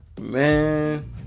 Man